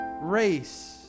race